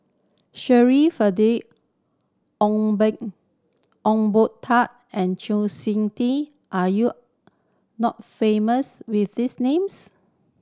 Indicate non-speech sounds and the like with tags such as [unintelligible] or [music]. Shirin [unintelligible] Ong [unintelligible] Ong Boon Tat and Chng Sing Tin are you not famous with these names